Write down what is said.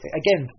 again